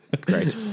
Great